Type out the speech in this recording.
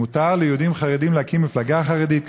מותר ליהודים חרדים להקים מפלגה חרדית,